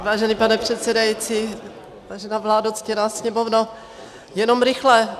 Vážený pane předsedající, vážená vládo, ctěná Sněmovno, jenom rychle.